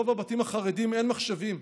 ברוב הבתים החרדיים אין מחשבים,